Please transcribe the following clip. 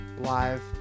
live